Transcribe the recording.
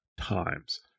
times